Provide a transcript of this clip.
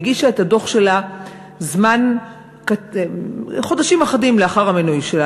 והיא הגישה את הדוח שלה חודשים אחדים לאחר המינוי שלה,